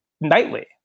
nightly